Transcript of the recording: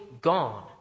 gone